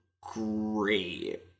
great